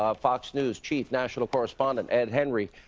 um fox news chief national correspondent, ed henry.